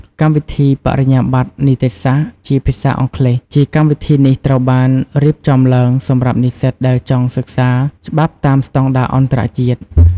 កម្មវិធីបរិញ្ញាបត្រនីតិសាស្ត្រជាភាសាអង់គ្លេស ជាកម្មវិធីនេះត្រូវបានរៀបចំឡើងសម្រាប់និស្សិតដែលចង់សិក្សាច្បាប់តាមស្តង់ដារអន្តរជាតិ។